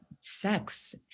sex